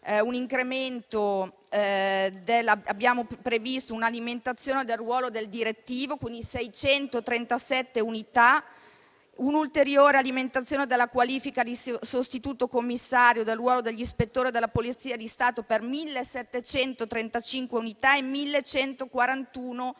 Abbiamo dunque previsto un incremento del ruolo del direttivo, di 637 unità, e un'ulteriore alimentazione della qualifica di sostituto commissario del ruolo degli ispettori della Polizia di Stato per 1.735 unità e 1.141 posti